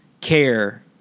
care